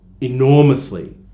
enormously